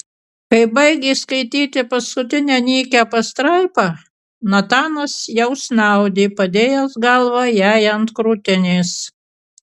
kai baigė skaityti paskutinę nykią pastraipą natanas jau snaudė padėjęs galvą jai ant krūtinės